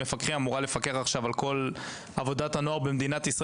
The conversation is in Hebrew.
אלא מספר של מפקחים אמור לפקח על כל עבודת הנוער בישראל.